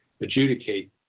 adjudicate